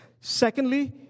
Secondly